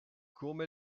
come